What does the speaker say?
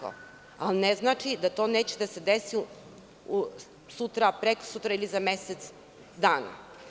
Ali, ne znači da to neće da se desi sutra, prekosutra ili za mesec dana.